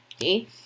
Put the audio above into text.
okay